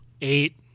eight